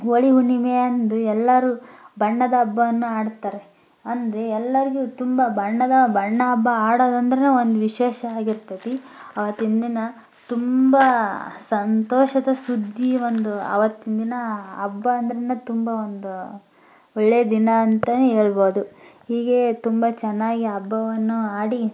ಹೋಳಿ ಹುಣ್ಣಿಮೆಯಂದು ಎಲ್ಲರೂ ಬಣ್ಣದ ಹಬ್ಬವನ್ನು ಆಡ್ತಾರೆ ಅಂದರೆ ಎಲ್ಲರಿಗೂ ತುಂಬ ಬಣ್ಣದ ಬಣ್ಣ ಹಬ್ಬ ಆಡೋದಂದ್ರೆ ಒಂದು ವಿಶೇಷ ಆಗಿರ್ತತಿ ಅವತ್ತಿನ ದಿನ ತುಂಬ ಸಂತೋಷದ ಸುದ್ದಿ ಒಂದು ಅವತ್ತಿನ ದಿನ ಹಬ್ಬ ಅಂದ್ರೆ ತುಂಬ ಒಂದು ಒಳ್ಳೆಯ ದಿನ ಅಂತಲೇ ಹೇಳ್ಬೋದು ಹೀಗೇ ತುಂಬ ಚೆನ್ನಾಗಿ ಹಬ್ಬವನ್ನು ಆಡಿ